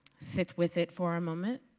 sit with it for a moment.